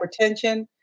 hypertension